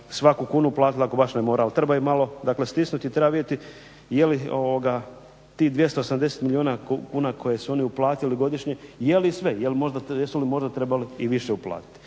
svaku kunu platili ako baš ne moraju. Ali treba ih malo stisnuti, treba vidjeti je li tih 280 milijuna kuna koje su oni uplatili godišnje, je li sve, jesu li možda trebali i više uplatiti.